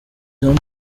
jean